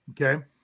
Okay